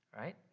right